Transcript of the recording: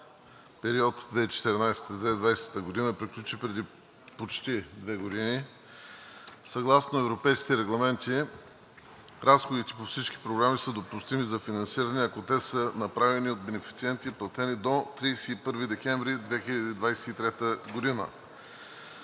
период 2014 – 2020 г. приключи преди почти две години. Съгласно европейските регламенти разходите по всички програми са допустими за финансиране, ако те са направени от бенефициентите и платени до 31 декември 2023 г.